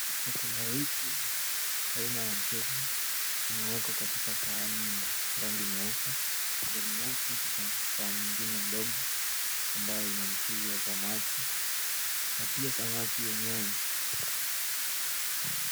Chakula hiki aina ya mchele imewekwa katika sahani ya rangi nyeupe, ndani yake kuna sahani nyingine ndogo ambayo ina mchuuzi wa samaki.